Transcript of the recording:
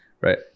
right